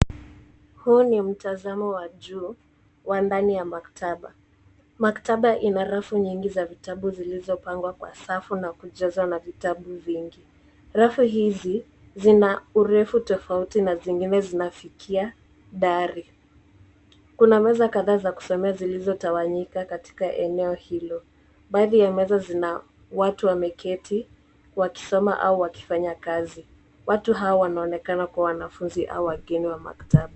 Huu ni mtazamo wa juu wa ndani ya maktaba. Maktaba ina rafu nyingi za vitabu zilizopangwa kwa safu na kujazwa na vitabu vingi. Rafu hizi zina urefu tofauti na zingine zinafikia dari. Kuna meza kadhaa za kusomea zilizotawanyika katika eneo hilo. Baadhi ya meza zina watu wameketi, wakisoma au wakifanya kazi. Watu hawa wanaonekana kuwa wanafunzi au wageni wa maktaba.